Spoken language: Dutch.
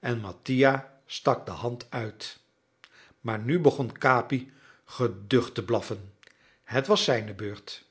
en mattia stak de hand uit maar nu begon capi geducht te blaffen het was zijne beurt